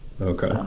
okay